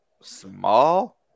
small